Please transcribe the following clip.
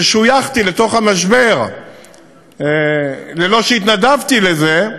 ששויכתי לתוך המשבר ללא שהתנדבתי לזה,